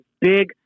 big